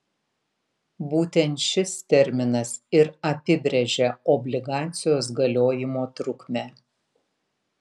būtent šis terminas ir apibrėžia obligacijos galiojimo trukmę